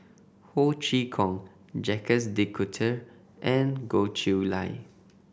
Ho Chee Kong Jacques De Coutre and Goh Chiew Lye